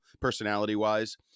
personality-wise